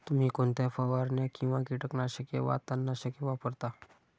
तुम्ही कोणत्या फवारण्या किंवा कीटकनाशके वा तणनाशके वापरता?